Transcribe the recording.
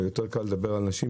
אבל יותר קל לדבר על נשים,